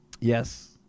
Yes